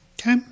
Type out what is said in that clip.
Okay